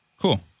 Cool